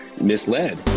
misled